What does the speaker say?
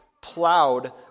plowed